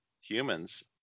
humans